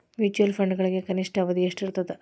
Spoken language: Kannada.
ಮ್ಯೂಚುಯಲ್ ಫಂಡ್ಗಳಿಗೆ ಕನಿಷ್ಠ ಅವಧಿ ಎಷ್ಟಿರತದ